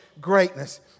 greatness